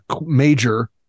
major